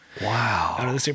Wow